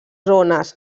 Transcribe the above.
zones